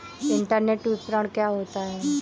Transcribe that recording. Internet विपणन क्या होता है?